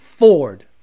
Ford